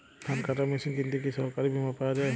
ধান কাটার মেশিন কিনতে কি সরকারী বিমা পাওয়া যায়?